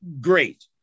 great